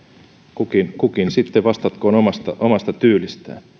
kukin kukin sitten vastatkoon omasta omasta tyylistään